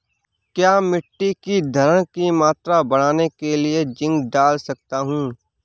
क्या मिट्टी की धरण की मात्रा बढ़ाने के लिए जिंक डाल सकता हूँ?